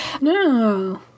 No